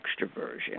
extroversion